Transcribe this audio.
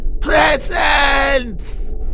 Presents